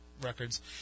records